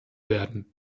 werden